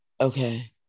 Okay